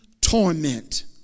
torment